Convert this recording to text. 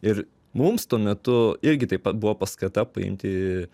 ir mums tuo metu irgi taip pat buvo paskata paimti